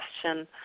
question